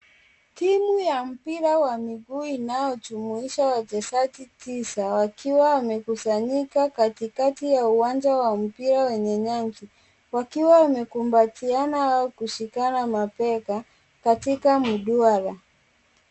Timu ya mpira wa miguu inayojumuisha wachezaji tisa wakiwa wamekusanyika katikati ya uwanjawa mpira wenye nyasi, wakiwa wamekumbatiana au kushikana mabega katika mduara.